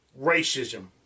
Racism